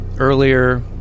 Earlier